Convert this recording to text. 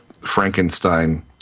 Frankenstein